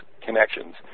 connections